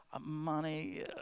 money